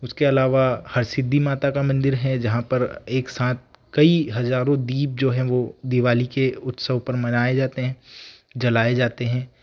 उसके अवाला हरसिद्धि माता का मंदिर है जहाँ पर एक साथ कई हज़ारों दीप जो हैं वह दिवाली के उत्सव पर मनाए जाते हैं जलाए जाते हैं